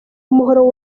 umuhoro